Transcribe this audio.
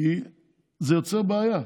כי זה יוצר בעיה.